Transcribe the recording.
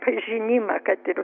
pažinimą kad ir